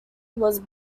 was